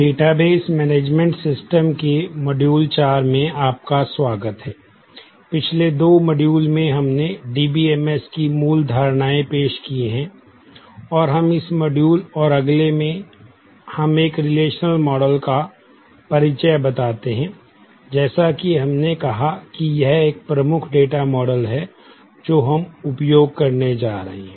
database management systems है जो हम उपयोग करने जा रहे हैं